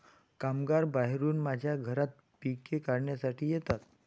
कामगार बाहेरून माझ्या घरात पिके काढण्यासाठी येतात